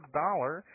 dollar